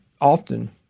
often